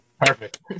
Perfect